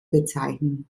bezeichnen